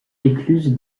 l’écluse